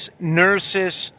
nurses